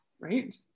Right